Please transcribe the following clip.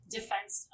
defense